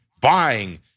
buying